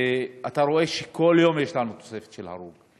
ואתה רואה שכל יום יש לנו תוספת של הרוג.